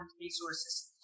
resources